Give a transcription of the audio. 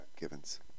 Givens